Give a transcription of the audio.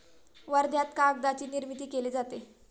वर्ध्यात कागदाची निर्मिती केली जाते